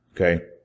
okay